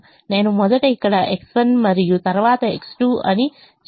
నేను మొదట ఇక్కడ X1 మరియు తరువాత X2 అని చేస్తున్నాను